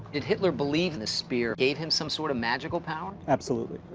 did hitler believe the spear gave him some sort of magical power? absolutely.